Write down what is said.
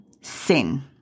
sin